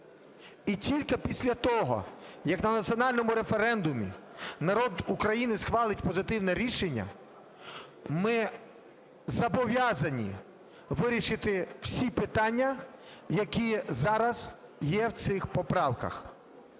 І тільки після того, як на національному референдумі народ України схвалить позитивне рішення, ми зобов'язані вирішити всі питання, які зараз є в цих поправках.